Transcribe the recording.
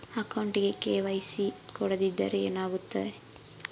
ಅಕೌಂಟಗೆ ಕೆ.ವೈ.ಸಿ ಕೊಡದಿದ್ದರೆ ಏನಾಗುತ್ತೆ?